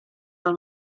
dal